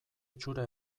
itxura